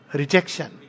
rejection